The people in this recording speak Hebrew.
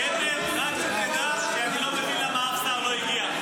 קלנר, רק שתדע שאני לא מבין למה אף שר לא הגיע.